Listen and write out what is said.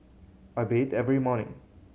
I bet every morning